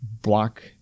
block